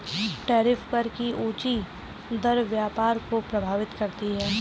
tariff कर की ऊँची दर व्यापार को प्रभावित करती है